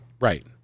Right